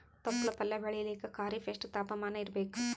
ತೊಪ್ಲ ಪಲ್ಯ ಬೆಳೆಯಲಿಕ ಖರೀಫ್ ಎಷ್ಟ ತಾಪಮಾನ ಇರಬೇಕು?